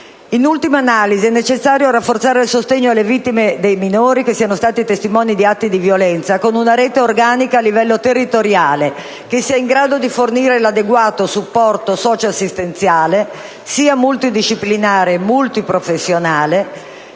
In ultima analisi, è necessario rafforzare il sostegno alle vittime e dei minori che siano stati testimoni di atti di violenza, con una rete organica a livello territoriale che sia omogenea su tutto il territorio e in grado di fornire l'adeguato supporto socioassistenziale, sia multidisciplinare che multiprofessionale,